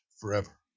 forever